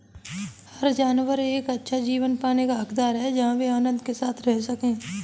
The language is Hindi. हर जानवर एक अच्छा जीवन पाने का हकदार है जहां वे आनंद के साथ रह सके